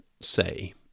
say